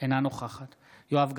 אינה נוכחת יואב גלנט,